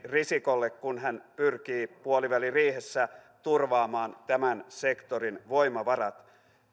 risikolle kun hän pyrkii puoliväliriihessä turvaamaan tämän sektorin voimavarat